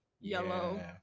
yellow